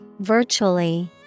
Virtually